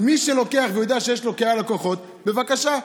מי שלוקח ויודע שיש לו קהל לקוחות, בבקשה.